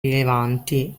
rilevanti